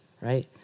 right